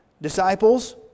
Disciples